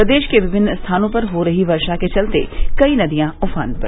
प्रदेश के विभिन्न स्थानों पर हो रही वर्षा के चलते कई नदियां उफान पर